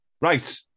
Right